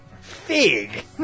Fig